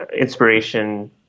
inspiration